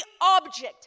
object